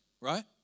right